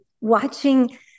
watching